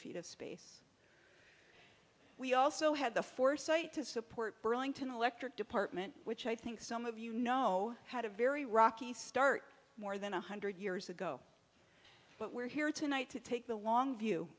feet of space we also had the foresight to support burlington electric department which i think some of you know had a very rocky start more than one hundred years ago but we're here tonight to take the long view